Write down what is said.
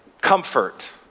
Comfort